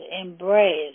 embrace